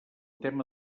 tema